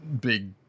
big